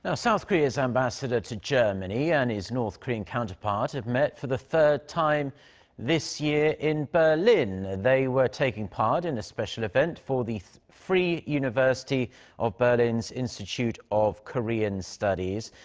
ah south korea's ambassador to germany and his north korean counterpart have met for the third time this year in berlin. they were taking part in a special event for the free university of berlin's institute of korean studies.